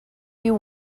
you